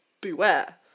beware